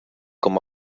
com